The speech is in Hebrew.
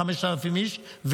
5,000 איש,